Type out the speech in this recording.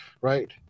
right